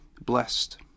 blessed